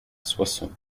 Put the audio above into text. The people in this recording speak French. soissons